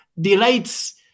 delights